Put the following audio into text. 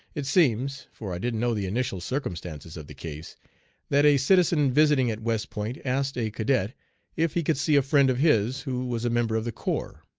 it seems for i didn't know the initial circumstances of the case that a citizen visiting at west point asked a cadet if he could see a friend of his who was a member of the corps.